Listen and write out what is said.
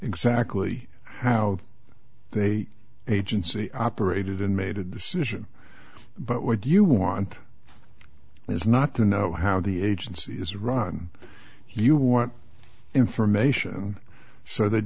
exactly how they agency operated and made a decision but what you want it is not the know how the agency is run you want information so that